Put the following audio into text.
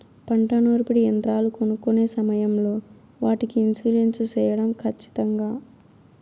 పంట నూర్పిడి యంత్రాలు కొనుక్కొనే సమయం లో వాటికి ఇన్సూరెన్సు సేయడం ఖచ్చితంగా?